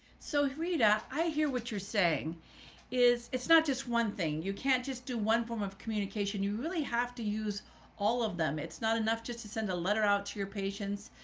so read out, i hear what you're saying is it's not just one thing. you can't just do one form of communication. you really have to use all of them. it's not enough just to send a letter out to your patients,